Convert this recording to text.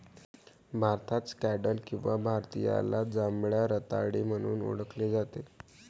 भारतात स्कँडल किंवा भारतीयाला जांभळ्या रताळी म्हणून ओळखले जाते